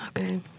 Okay